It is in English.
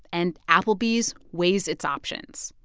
and applebee's weighs its options.